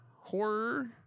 Horror